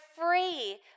free